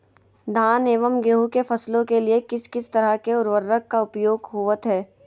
धान एवं गेहूं के फसलों के लिए किस किस तरह के उर्वरक का उपयोग होवत है?